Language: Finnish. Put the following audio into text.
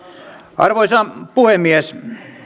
arvoisa puhemies